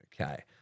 Okay